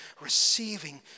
Receiving